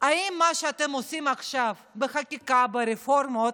אם מה שאתם עושים עכשיו בחקיקה ברפורמות,